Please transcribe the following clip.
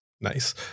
Nice